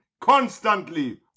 constantly